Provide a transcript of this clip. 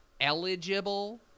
eligible